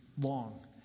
long